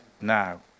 now